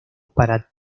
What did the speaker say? para